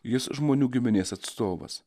jis žmonių giminės atstovas